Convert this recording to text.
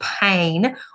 pain